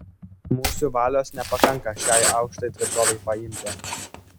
mūsų valios nepakanka šiai aukštai tvirtovei paimti